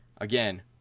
Again